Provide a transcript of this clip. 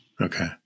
Okay